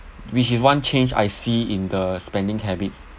which is one change I see in the spending habits